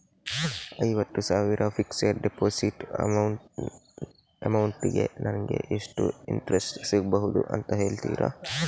ಐವತ್ತು ಸಾವಿರ fixed deposit amount ಗೆ ನಂಗೆ ಎಷ್ಟು ಇಂಟ್ರೆಸ್ಟ್ ಸಿಗ್ಬಹುದು ಅಂತ ಹೇಳ್ತೀರಾ?